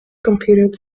competed